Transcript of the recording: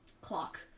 clock